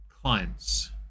clients